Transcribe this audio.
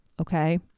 Okay